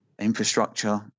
infrastructure